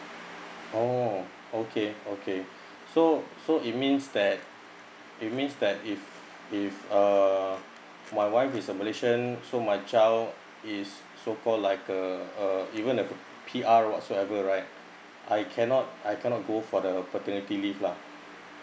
oh okay okay so so it means that you means that if if uh my wife is a malaysian so my child is so for like a a even a P_R whatsoever right I cannot I cannot go for the paternity leave lah